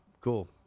Cool